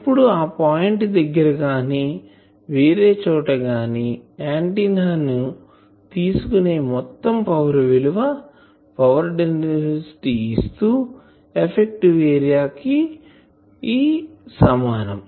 ఇప్పుడు ఆ పాయింట్ దగ్గర గాని వేరే చోట గాని ఆంటిన్నా తీసుకునే మొత్తం పవర్ విలువ power density into effective area కి సమానం